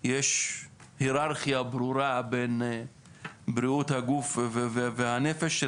יש היררכיה ברורה בין בריאות הגוף והנפש,